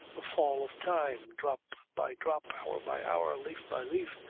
the fall of time, drop by drop, hour by hour, leaf by leaf,